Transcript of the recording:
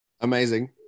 Amazing